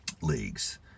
leagues